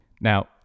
Now